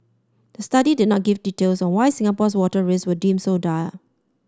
the study did not give details on why Singapore's water risks were deemed so dire